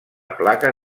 placa